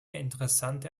interessante